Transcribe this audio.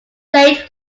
late